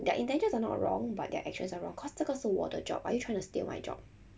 their intentions are not wrong but they're actions are wrong cause 这个是我的 job are you trying to steal my job